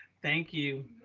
thank you.